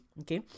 okay